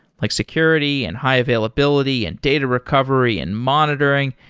like security, and high availability, and data recovery, and monitoring,